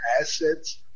assets